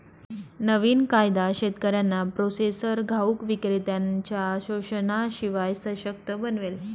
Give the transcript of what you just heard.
नवीन कायदा शेतकऱ्यांना प्रोसेसर घाऊक विक्रेत्त्यांनच्या शोषणाशिवाय सशक्त बनवेल